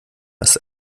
ist